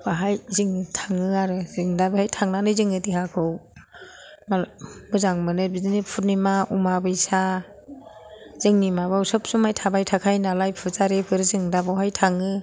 बेवहाय जों थाङो आरो जों दा बेवहाय थांनानै जोङो देहाखौ मोजां मोनो बिदिनो पुर्निमा अमाबैसा जोंनि माबायाव सब समाय थाबाय थाखायो नालाय फुजारिफोर जों दा बेवहाय थाङो